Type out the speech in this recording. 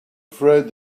afraid